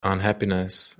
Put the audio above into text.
unhappiness